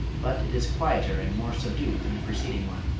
but it is quieter and more subdued than the preceding one.